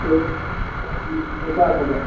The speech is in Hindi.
एक पचास हजार